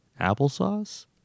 Applesauce